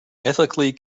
ethically